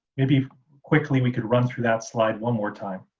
maybe quickly we could run through that slide one more time.